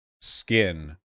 skin